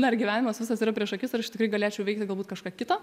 dar gyvenimas visas yra prieš akis ir aš tikrai galėčiau veikti galbūt kažką kito